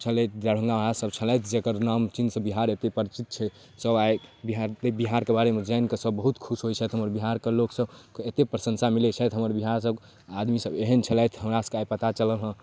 छलथि दरभङ्गा महराजसब छलथि जकर नाम चिन्हसँ बिहार एतेक प्रसिद्ध छै सब आइ बिहारके बिहारके बारेमे जानिके सब बहुत खुश होइ छथि हमर बिहारके लोकसबके एतेक प्रशंसा मिलै छथि हमर बिहारके आदमीसभ एहन छलथि हमरासभके आइ पता चलल हँ